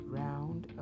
round